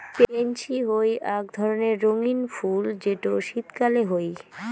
pansy হই আক ধরণের রঙ্গীন ফুল যেটো শীতকালে হই